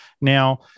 now